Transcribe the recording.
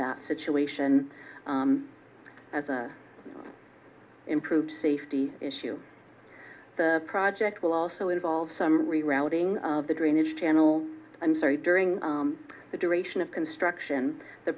that situation as a improve safety issue the project will also involve some rerouting of the drainage channel i'm sorry during the duration of construction the